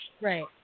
Right